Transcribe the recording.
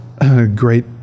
great